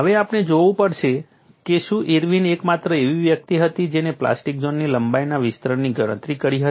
હવે આપણે જોવું પડશે કે શું ઇર્વિન એકમાત્ર એવી વ્યક્તિ હતી જેણે પ્લાસ્ટિક ઝોનની લંબાઈના વિસ્તરણની ગણતરી કરી હતી